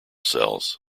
cells